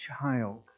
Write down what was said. child